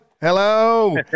Hello